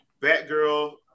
Batgirl